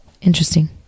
Interesting